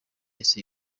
isi